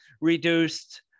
reduced